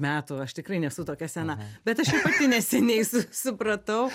metų aš tikrai nesu tokia sena bet aš ir pati neseniai su supratau